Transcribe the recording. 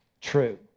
true